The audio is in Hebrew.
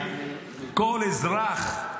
כל אזרח.